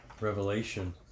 Revelation